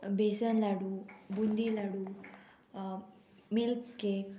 besan laddoo boondi laddoo milk cake